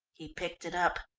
he picked it up.